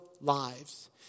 lives